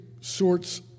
sorts